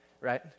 right